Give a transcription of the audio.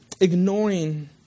ignoring